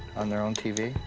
on their own tv.